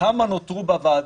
כמה נותרו בוועדות.